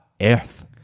Earth